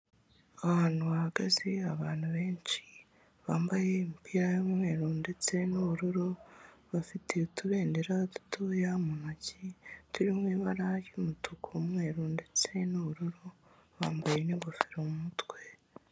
Ahantu hahagaze abantu benshi bambaye imipira y'umweru ndetse n'ubururu bafite utubendera dutoya mu ntoki turi mu ibara ry'umutuku, umweru ndetse n'ubururu bambaye n'ingofero mu mutwe.